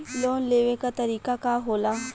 Loan लेवे क तरीकाका होला?